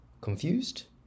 Confused